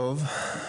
טוב.